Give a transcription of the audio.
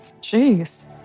Jeez